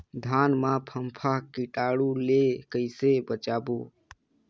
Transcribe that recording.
धान मां फम्फा कीटाणु ले कइसे बचाबो?